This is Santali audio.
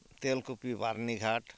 ᱛᱮᱞᱠᱩᱯᱤ ᱵᱟᱨᱱᱤᱜᱷᱟᱴ